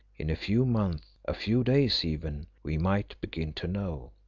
in a few months, a few days even, we might begin to know.